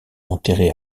enterré